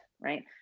right